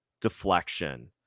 deflection